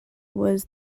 was